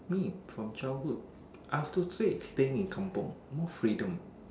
me from childhood I have to say is staying in Kampung more freedom